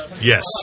Yes